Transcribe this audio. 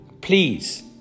Please